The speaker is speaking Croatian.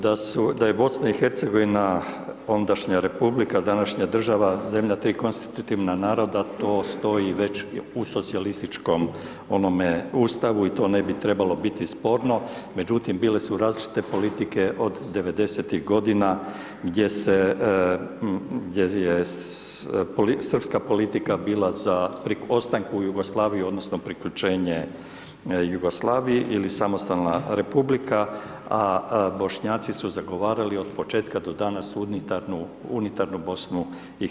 Da je BiH, ondašnja republika, današnja država zemlja tri konstitutivna naroda, to stoji već u socijalističkom onome Ustavu i to ne bi trebalo biti sporno, međutim, bile su različite politike od 90.-tih godina gdje je srpska politika bila za ostanku Jugoslavije odnosno priključenje Jugoslaviji ili samostalna republika, a Bošnjaci su zagovarali od početka do danas unitarnu BiH.